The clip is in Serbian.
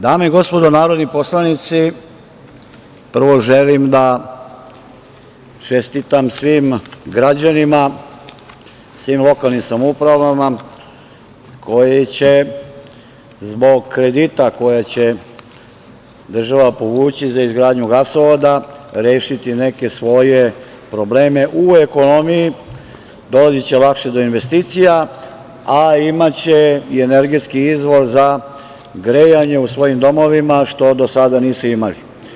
Dame i gospodo narodni poslanici, prvo želim da čestitam svim građanima, svim lokalnim samoupravama koje će zbog kredita koje će država povući za izgradnju gasovoda rešiti neke svoje probleme u ekonomiji, dolaziće lakše do investicija, a imaće i energetski izvoz za grejanje u svojim domovima, što do sada nisu imali.